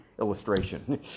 Illustration